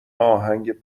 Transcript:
آهنگ